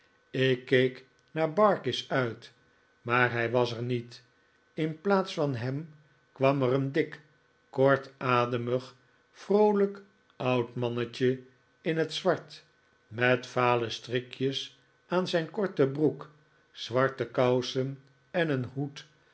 ik keek naar barkis uit maar hij was er niet in plaats van hem kwam er een dik kortademig vroolijk oud marinetje in het zwart met vale strikjes aan zijn korte broek zwarte kousen en een hoed